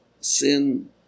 sin